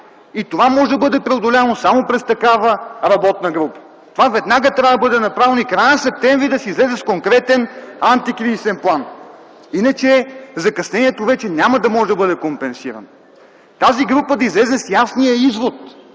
Това може да бъде преодоляно само през такава работна група. Това веднага трябва да бъде направено и в края на м. септември да се излезе с конкретен антикризисен план. Иначе закъснението вече няма да може да бъде компенсирано. Тази група трябва да излезе с ясния извод,